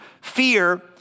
Fear